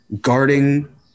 guarding